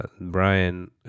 Brian